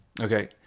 Okay